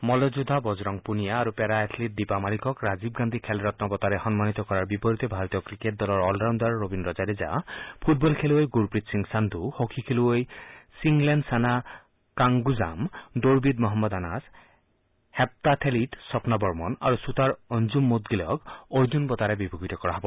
মল্লযোদ্ধা বজৰং পুনিয়া আৰু para athlete Deepa মালিকক ৰাজীৱ গান্ধী খেল ৰন্ন বঁটাৰে সন্মানিত কৰাৰ বিপৰীতে ভাৰতীয় ক্ৰিকেটৰ all rounder Ravindra Jadeja football খেলুৱৈ গুৰপ্ৰীত সিং সান্ধূ হকী খেলুৱৈ চিংলেনছানা কাংগুজাম দৌৰবিদ মহম্মদ আনাছ হেপ্তাথেলিট স্বগ্না বৰ্মন আৰু খুটাৰ অন্জুম মুড্গিল অৰ্জুন বঁটাৰে বিভূষিত কৰা হ'ব